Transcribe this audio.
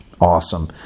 Awesome